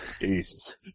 Jesus